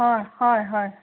হয় হয় হয়